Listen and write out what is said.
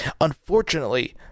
Unfortunately